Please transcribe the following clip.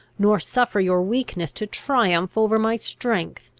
nor suffer your weakness to triumph over my strength!